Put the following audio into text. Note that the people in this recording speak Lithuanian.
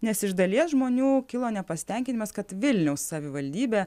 nes iš dalies žmonių kilo nepasitenkinimas kad vilniaus savivaldybė